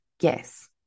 yes